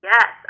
Yes